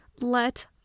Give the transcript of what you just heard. let